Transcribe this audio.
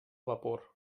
vapor